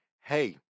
hey